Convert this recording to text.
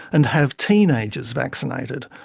and have teenagers vaccinated.